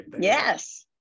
yes